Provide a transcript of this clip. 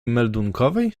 meldunkowej